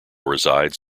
resides